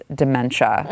dementia